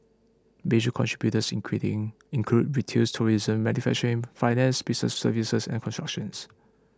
major contributors including include retail tourism manufacturing finance business services and constructions